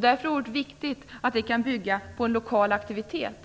Därför är det oerhört viktigt att vi kan bygga på en lokal aktivitet.